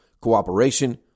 cooperation